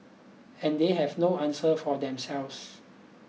and they have no answer for themselves